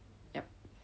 yup